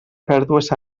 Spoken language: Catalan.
pèrdues